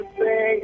say